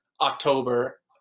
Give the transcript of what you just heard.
October